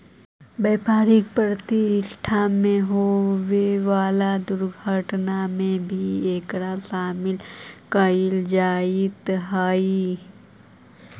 व्यापारिक प्रतिष्ठान में होवे वाला दुर्घटना में भी एकरा शामिल कईल जईत हई